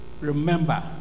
remember